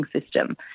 system